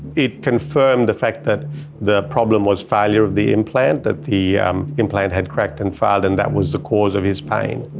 it confirmed the fact that the problem was failure of the implant. that the um implant had cracked and failed and that was the cause of his pain.